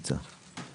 אז למחוק את זה מ-(8)?